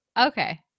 Okay